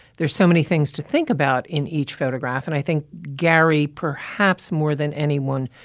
there's so many things to think about in each photograph. and i think gary, perhaps more than anyone,